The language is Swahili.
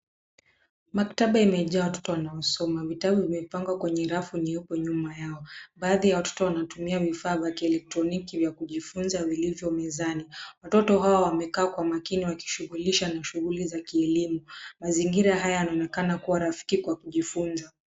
Maktaba imejaa watoto wanaosoma. Vitabu vimepangwa kwenye rafu iliyoko nyuma yao. Baadhi ya watoto wanatumia vifaa vya kielektroniki vya kujifunza vilivyo mezani. Watoto hawa wamekaa mezani wakijishughulisha na shughuli za kielimu. Mazingira haya yanaonekana kuwa rafiki Kwa kujifunza.